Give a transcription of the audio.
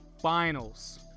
Finals